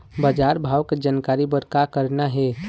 बजार भाव के जानकारी बर का करना हे?